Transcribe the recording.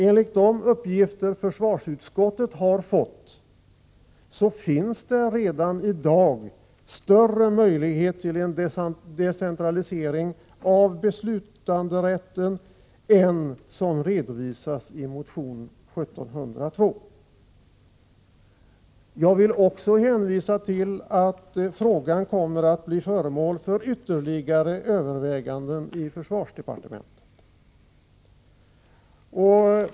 Enligt de uppgifter försvarsutskottet har fått finns det redan i dag större möjlighet till en decentralisering av beslutanderätten än som redovisas i motion 1702. Jag vill också hänvisa till att frågan kommer att bli föremål för ytterligare överväganden i försvarsdepartementet.